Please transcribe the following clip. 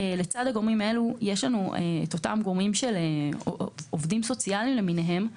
לצד הגורמים האלה יש את אותם גורמים של עובדים סוציאליים למיניהם.